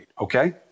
Okay